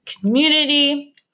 community